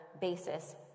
basis